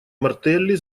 мартелли